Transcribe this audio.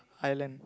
Ireland